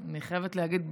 אני חייבת להגיד,